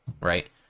right